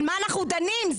על מה אנחנו דנים?